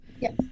Yes